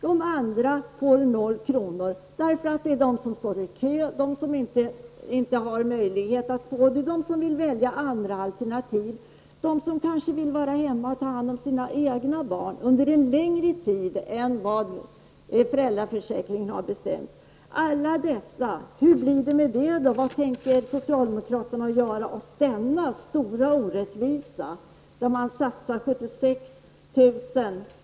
De andra får noll kronor, därför att de står i kö eller vill välja andra alternativ t.ex. det kanske då som vill stanna hemma och ta hand om sina egna barn under en längre tid än vad föräldraförsäkringen har bestämt. Vad tänker socialdemokraterna göra åt denna stora orättvisa när man satsar 46 000 kr.